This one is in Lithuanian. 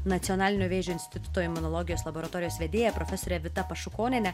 nacionalinio vėžio instituto imunologijos laboratorijos vedėja profesore vita pašukoniene